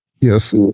Yes